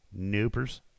Noopers